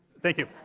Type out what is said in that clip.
thank you.